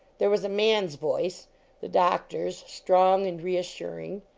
there was a man s voice the doctor s, strong and reassuring.